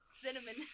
Cinnamon